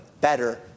better